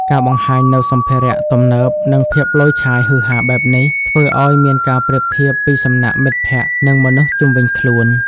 ការបង្ហាញនៅសម្ភារៈទំនើបនិងភាពឡូយឆាយហុឺហាបែបនេះធ្វើឲ្យមានការប្រៀបធៀបពីសំណាក់មិត្តភក្តិនិងមនុស្សជុំវីញខ្លួន។